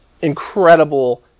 incredible